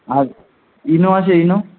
আর ইনো আছে ইনো